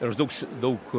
aš daug daug